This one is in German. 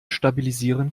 stabilisieren